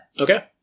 Okay